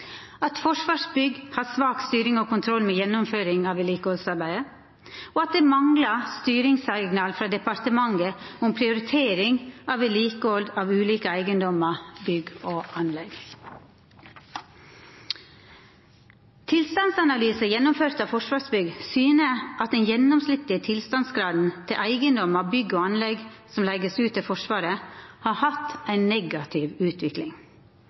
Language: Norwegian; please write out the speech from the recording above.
at Forsvarsbygg har svak styring og kontroll med gjennomføring av vedlikehaldsarbeidet, og at det manglar styringssignal frå departementet om prioritering av vedlikehald av ulike eigedomar, bygg og anlegg. Tilstandsanalysar gjennomførte av Forsvarsbygg syner at den gjennomsnittlege tilstandsgraden til eigedomar, bygg og anlegg som vert leigde ut til Forsvaret, har hatt ei negativ utvikling.